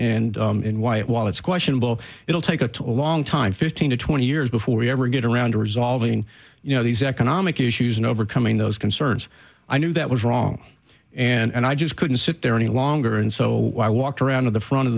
and why it while it's questionable it'll take a long time fifteen to twenty years before we ever get around to resolving you know these economic issues and overcoming those concerns i knew that was wrong and i just couldn't sit there any longer and so i walked around to the front of